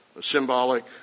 symbolic